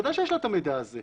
בוודאי שיש לה את המידע הזה,